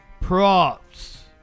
props